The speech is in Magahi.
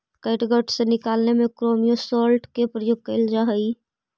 कैटगट के निकालने में क्रोमियम सॉल्ट के प्रयोग कइल जा हई